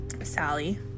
Sally